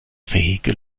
fähige